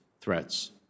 threats